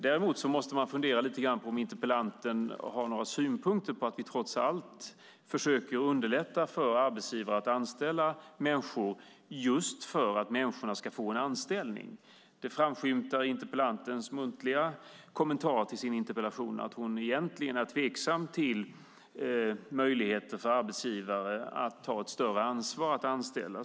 Däremot måste man fundera lite grann på om interpellanten har några synpunkter på att vi trots allt försöker underlätta för arbetsgivare att anställa just för att människorna ska få en anställning. Det framskymtar i interpellantens muntliga kommentar till hennes interpellation att hon egentligen är tveksam till möjligheten för arbetsgivare att ta ett större ansvar för att anställa.